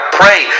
pray